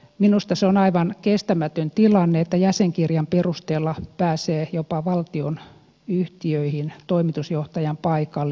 minusta se on aivan kestämätön tilanne että jäsenkirjan perusteella pääsee jopa valtionyhtiöihin toimitusjohtajan paikalle